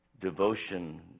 devotion